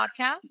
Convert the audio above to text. Podcast